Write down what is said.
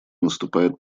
наступает